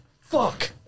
fuck